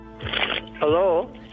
Hello